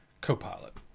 Copilot